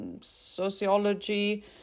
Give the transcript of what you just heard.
sociology